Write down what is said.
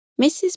Mrs